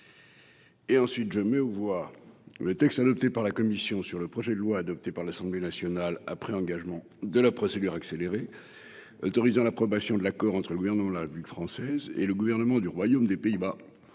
texte. Je mets aux voix le texte adopté par la commission sur le projet de loi, adopté par l'Assemblée nationale après engagement de la procédure accélérée, autorisant l'approbation de l'accord entre le Gouvernement de la République française et le Gouvernement du Royaume des Pays-Bas